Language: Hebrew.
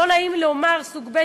לא נעים לי לומר סוג ב',